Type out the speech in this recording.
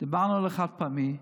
דיברנו על החד-פעמי.